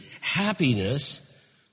happiness